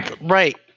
right